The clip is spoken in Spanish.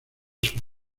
sus